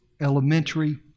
elementary